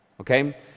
okay